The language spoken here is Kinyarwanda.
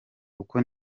uko